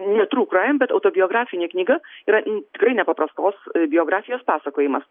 ne tru kraim bet autobiografinė knyga yra tikrai nepaprastos biografijos pasakojimas